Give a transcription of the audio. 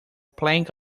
plank